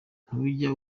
ntujya